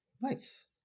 Nice